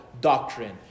doctrine